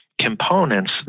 components